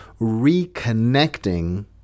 reconnecting